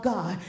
God